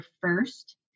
first